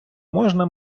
можна